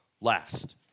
last